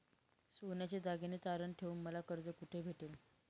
सोन्याचे दागिने तारण ठेवून मला कर्ज कुठे भेटेल?